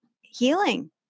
healing